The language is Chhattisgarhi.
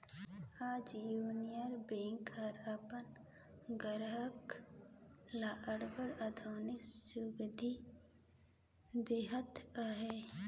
आज यूनियन बेंक हर अपन गराहक ल अब्बड़ आधुनिक सुबिधा देहत अहे